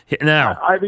Now